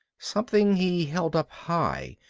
something he held up high,